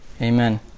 Amen